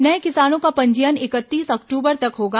नए किसानों का पंजीयन इकतीस अक्टूबर तक होगा